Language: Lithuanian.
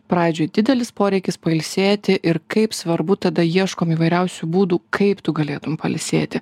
pradžioj didelis poreikis pailsėti ir kaip svarbu tada ieškom įvairiausių būdų kaip tu galėtum pailsėti